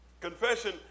confession